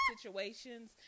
situations